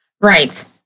Right